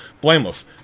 Blameless